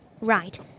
Right